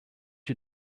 you